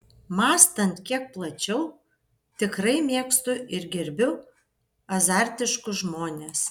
mąstant kiek plačiau tikrai mėgstu ir gerbiu azartiškus žmones